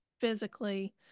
physically